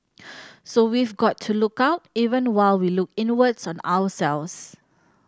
so we've got to look out even while we look inwards on ourselves